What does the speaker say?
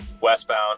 westbound